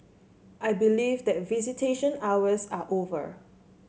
I believe that visitation hours are over